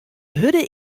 hurde